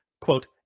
quote